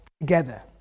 together